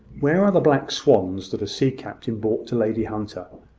where are the black swans that a sea-captain brought to lady hunter?